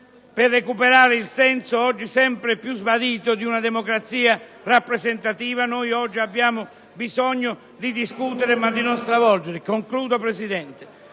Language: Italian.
Per recuperare il senso, oggi sempre più sbiadito, di una democrazia rappresentativa, oggi abbiamo bisogno di discutere, ma non di stravolgere. Concludo, signor Presidente.